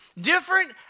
Different